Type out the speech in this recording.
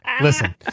Listen